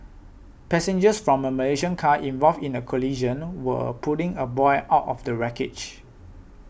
passengers from a Malaysian car involved in the collision were pulling a boy out of the wreckage